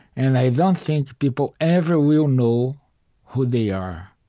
and i don't think people ever will know who they are.